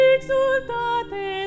Exultate